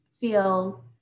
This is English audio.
feel